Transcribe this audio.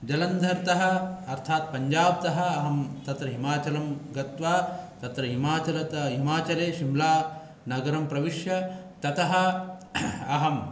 जलन्धर्त अर्थात् पञ्जाब्त अहं तत्र हिमाचलं गत्वा तत्र हिमाचलत हिमाचले शिम्लानगरं प्रविश्य ततः अहं